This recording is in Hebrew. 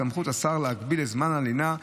בסמכות השר להגביל את זמן הלינה,